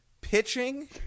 pitching